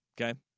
Okay